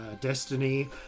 destiny